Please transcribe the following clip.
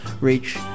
reach